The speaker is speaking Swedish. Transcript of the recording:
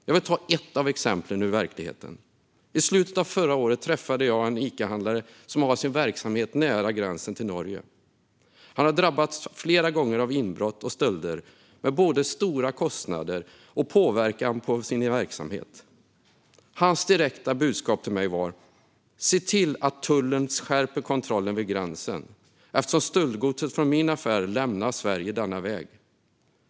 Jag vill ge ett exempel ur verkligheten. I slutet av förra året träffade jag en Icahandlare som har sin verksamhet nära gränsen till Norge. Han har drabbats flera gånger av inbrott och stölder med både stora kostnader och påverkan på sin verksamhet. Hans direkta budskap till mig var att se till att tullen skärper kontrollen vid gränsen eftersom stöldgodset från hans affär lämnar Sverige denna väg.